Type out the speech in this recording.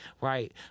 right